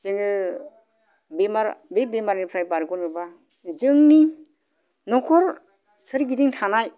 जोङो बेमार बै बेमारनिफ्राय बारग'नोबा जोंनि नखर सोरगिदिं थानाय